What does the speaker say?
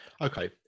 Okay